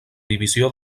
divisió